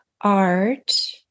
art